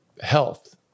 health